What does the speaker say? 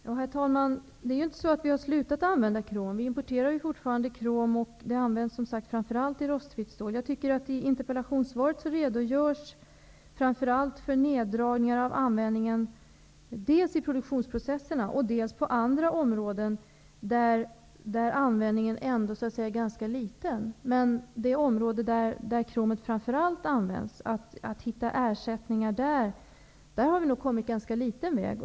Herr talman! Det är ju inte så att vi har slutat använda krom. Vi importerar ju fortfarande krom, och det används som sagt framför allt i rostfritt stål. I interpellationssvaret redogörs framför allt för neddragningar av användningen dels i produktionsprocesserna, dels på andra områden där användningen ändå är ganska liten. Men när det gäller att hitta ersättningar på det område där kromet framför allt används har vi nog inte kommit så långt på väg.